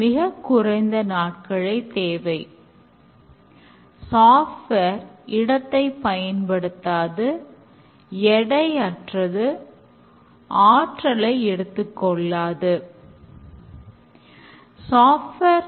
மற்றொரு XP செயல்முறை தொடர்ச்சியான ஒருங்கிணைப்பு கூறுவது என்னவென்றால் தினமும் எழுதிய code ஆனது ஏற்கனவே உள்ள code உடன் ஒருங்கிணைக்கபடும்